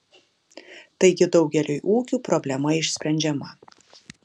taigi daugeliui ūkių problema išsprendžiama